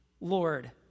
Lord